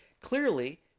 clearly